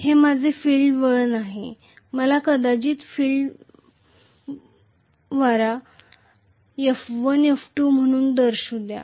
हे माझे फील्ड वळण आहे मला कदाचित फील्ड वारा F1 F2 म्हणून दर्शवू द्या